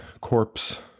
corpse